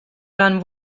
rhan